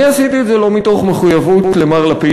אני עשיתי את זה לא מתוך מחויבות למר לפיד,